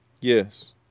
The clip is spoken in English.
Yes